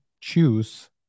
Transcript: choose